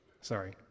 Sorry